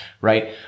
right